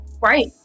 Right